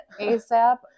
ASAP